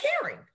caring